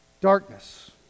Darkness